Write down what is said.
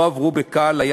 לא עברו בקלות.